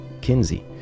Kinsey